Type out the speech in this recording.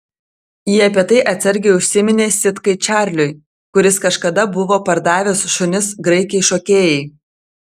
ji apie tai atsargiai užsiminė sitkai čarliui kuris kažkada buvo pardavęs šunis graikei šokėjai